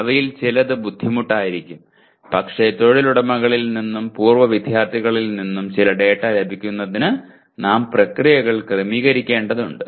അവയിൽ ചിലത് ബുദ്ധിമുട്ടായിരിക്കും പക്ഷേ തൊഴിലുടമകളിൽ നിന്നും പൂർവ്വ വിദ്യാർത്ഥികളിൽ നിന്നും ചില ഡാറ്റ ലഭിക്കുന്നതിന് നാം പ്രക്രിയകൾ ക്രമീകരിക്കേണ്ടതുണ്ട്